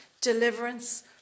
deliverance